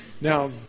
Now